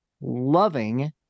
loving